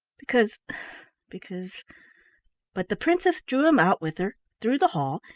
because because but the princess drew him out with her through the hall,